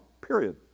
Period